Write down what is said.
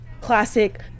classic